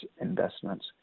investments